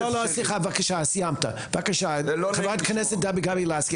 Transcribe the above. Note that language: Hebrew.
סליחה בבקשה, סיימת, בבקשה, חברת הכנסת גבי לסקי.